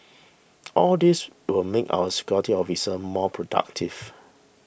all these will make our security officers more productive